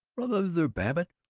brother babbitt,